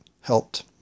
helped